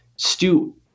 Stu